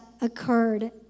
occurred